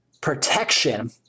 protection